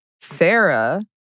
sarah